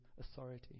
authority